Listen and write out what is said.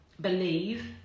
believe